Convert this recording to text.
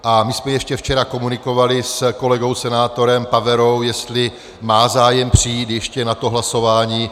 A my jsme ještě včera komunikovali s kolegou senátorem Paverou, jestli má zájem přijít ještě na to hlasování.